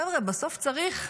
חבר'ה, בסוף צריך,